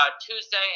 Tuesday